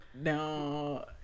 No